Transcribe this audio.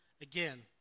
again